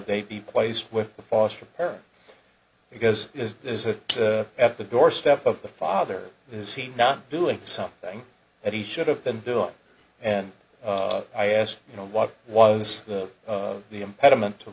they be placed with the foster parent because this is a at the doorstep of the father is he not doing something that he should have been doing and i asked you know what was the the impediment to